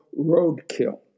roadkill